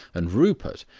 and rupert,